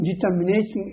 determination